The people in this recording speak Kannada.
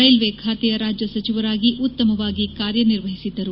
ರೈಲ್ವೆ ಖಾತೆಯ ರಾಜ್ಯ ಸಚಿವರಾಗಿ ಉತ್ತಮವಾಗಿ ಕಾರ್ಯನಿರ್ವಹಿಸುತ್ತಿದ್ದರು